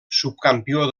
subcampió